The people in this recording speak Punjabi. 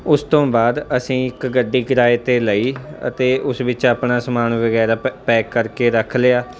ਉਸ ਤੋਂ ਬਾਅਦ ਅਸੀਂ ਇੱਕ ਗੱਡੀ ਕਿਰਾਏ 'ਤੇ ਲਈ ਅਤੇ ਉਸ ਵਿੱਚ ਆਪਣਾ ਸਮਾਨ ਵਗੈਰਾ ਪ ਪੈਕ ਕਰਕੇ ਰੱਖ ਲਿਆ